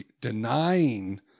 denying